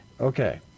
Okay